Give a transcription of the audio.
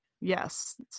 Yes